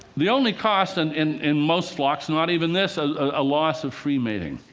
the only cost and in in most flocks not even this ah a loss of free mating.